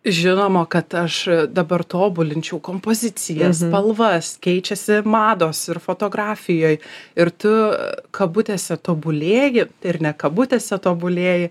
žinoma kad aš dabar tobulinčiau kompozicijas spalvas keičiasi mados ir fotografijoj ir tu kabutėse tobulėji ir ne kabutėse tobulėji